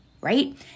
right